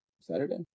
Saturday